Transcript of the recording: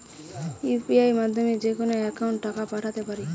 UPI মাধ্যমে যেকোনো একাউন্টে টাকা পাঠাতে পারি?